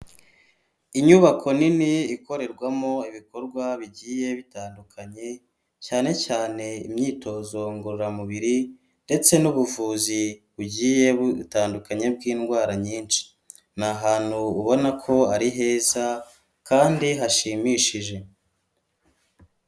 Inyubako nini ikorerwamo ibikorwa bigiye bitandukanye cyane cyane imyitozo ngororamubiri, ndetse n'ubuvuzi bugiye butandukanye bw'indwara nyinshi, ni ahantu ubona ko ari heza kandi hashimishije.